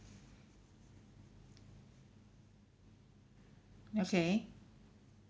okay